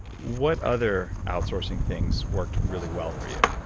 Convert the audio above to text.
what other outsourcing things worked really well for you?